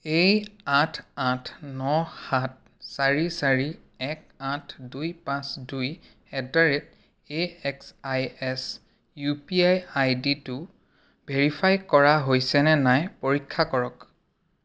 এই আঠ আঠ ন সাত চাৰি চাৰি এক আঠ দুই পাঁচ দুই add the rate A X I S U P I I ডিটো ভেৰিফাই কৰা হৈছেনে নাই পৰীক্ষা কৰক